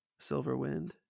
Silverwind